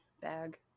bag